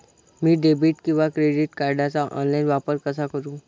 मी debit किंवा credit कार्डचा online वापर कसा करु?